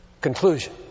Conclusion